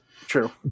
True